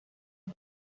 los